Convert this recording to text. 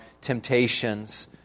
temptations